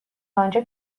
آنجا